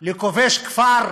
לכובש כפר,